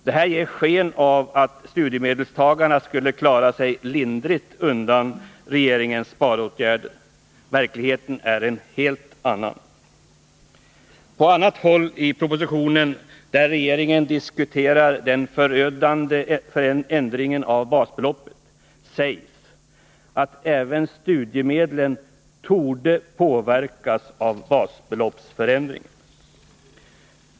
Det här ger sken av att studiemedelstagarna skulle klara sig lindrigt undan regeringens sparåtgärder. Verkligheten är en helt annan. På annat håll i propositionen, där regeringen diskuterar den förödande ändringen av basbeloppet, sägs att även studiemedlen ”torde” påverkas av basbeloppsförändringen.